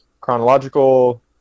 chronological